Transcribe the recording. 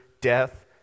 death